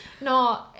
no